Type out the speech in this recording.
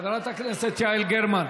חברת הכנסת יעל גרמן.